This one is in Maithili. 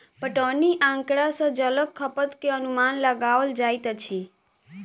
पटौनी आँकड़ा सॅ जलक खपत के अनुमान लगाओल जाइत अछि